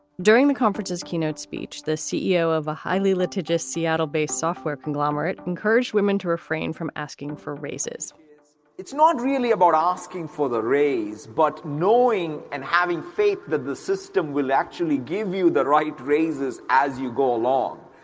during the conference's keynote speech. the ceo of a highly litigious seattle based software conglomerate encouraged women to refrain from asking for raises it's not really about asking for the raise, but knowing and having faith that the system will actually give you the right raises as you go along.